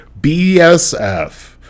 BSF